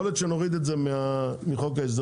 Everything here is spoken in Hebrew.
יכול להיות שנוריד את זה מחוק ההסדרים,